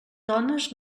dones